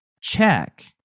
check